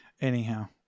Anyhow